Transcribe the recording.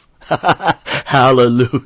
Hallelujah